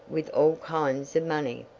with all kinds of money.